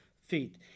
feet